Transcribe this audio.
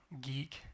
geek